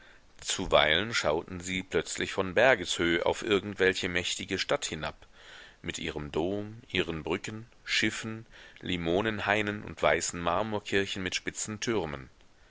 zuweilen schauten sie plötzlich von bergeshöh auf irgendwelche mächtige stadt hinab mit ihrem dom ihren brücken schiffen limonenhainen und weißen marmorkirchen mit spitzen türmen